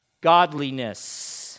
Godliness